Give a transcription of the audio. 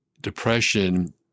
depression